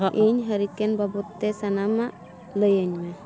ᱤᱧ ᱦᱮᱨᱠᱤᱱ ᱵᱟᱵᱚᱫ ᱛᱮ ᱥᱟᱱᱟᱢᱟᱜ ᱞᱟᱹᱭᱟᱹᱧ ᱢᱮ